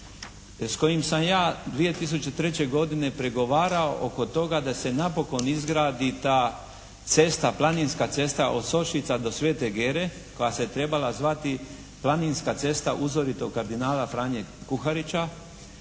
s kojim sam ja 2003. godine pregovarao oko toga da se napokon izgradi ta cesta, planinska cesta od Sošica do Svete Gere koja se trebala zvati Planinska cesta uzoritog kardinala Franje Kuharića.